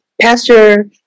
Pastor